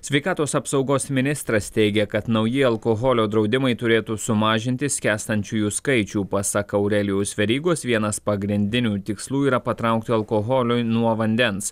sveikatos apsaugos ministras teigia kad nauji alkoholio draudimai turėtų sumažinti skęstančiųjų skaičių pasak aurelijaus verygos vienas pagrindinių tikslų yra patraukti alkoholiui nuo vandens